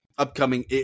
Upcoming